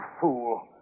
fool